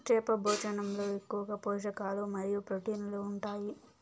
చేప భోజనంలో ఎక్కువగా పోషకాలు మరియు ప్రోటీన్లు ఉంటాయి